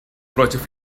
против